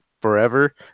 forever